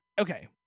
okay